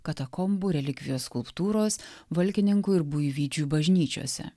katakombų relikvijos skulptūros valkininkų ir buivydžių bažnyčiose